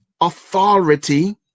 authority